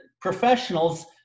professionals